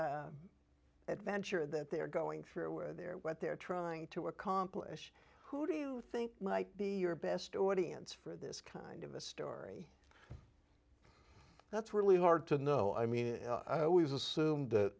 the adventure that they're going through where they're what they're trying to accomplish who do you think might be your best audience for this kind of a story that's really hard to know i mean always assume that